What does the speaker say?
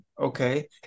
okay